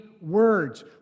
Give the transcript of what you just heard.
words